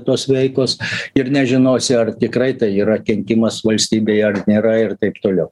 tos veikos ir nežinosi ar tikrai tai yra kenkimas valstybei ar nėra ir taip toliau